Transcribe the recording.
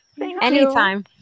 Anytime